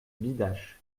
bidache